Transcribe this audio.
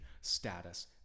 status